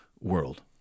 world